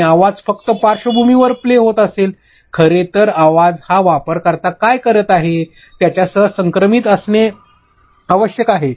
आणि आवाज फक्त पार्श्वभूमीवर प्ले होत असेल खरे तर आवाज हा वापरकर्ता काय करीत आहे त्यासह समक्रमित असणे आवश्यक आहे